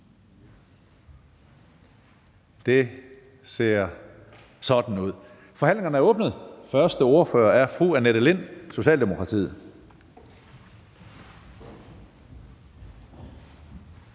er på plads. Forhandlingerne er åbnet. Den første ordfører er fru Annette Lind, Socialdemokratiet.